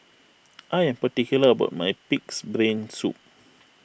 I am particular about my Pig's Brain Soup